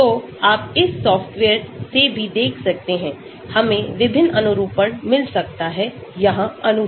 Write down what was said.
तो आप इस सॉफ़्टवेयर से भी देख सकते हैं हमें विभिन्न अनुरूपण मिल सकता है यहां अणु के